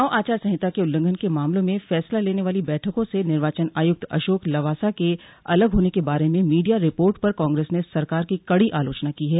चुनाव आचार संहिता के उल्लंघन के मामलों में फैसला लेने वाली बैठकों से निर्वाचन आयुक्त अशोक लवासा के अलग होने के बारे में मीडिया रिपोर्ट पर कांग्रेस ने सरकार की कड़ी आलोचना की है